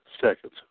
seconds